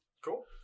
Cool